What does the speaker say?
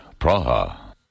Praha